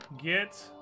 get